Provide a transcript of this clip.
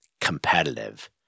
competitive